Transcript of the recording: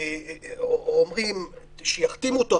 או אומרים שיחתימו אותו.